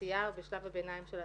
תעשייה ושלב הביניים של הצבא.